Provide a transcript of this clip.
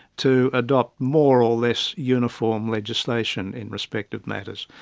to adopt more or less uniform legislation in respective matters.